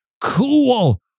Cool